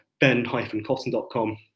ben-cotton.com